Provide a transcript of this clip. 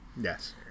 Yes